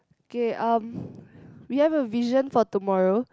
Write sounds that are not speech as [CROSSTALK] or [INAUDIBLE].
K um [BREATH] we have a vision for tomorrow